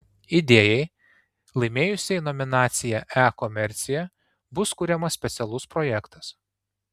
idėjai laimėjusiai nominaciją e komercija bus kuriamas specialus projektas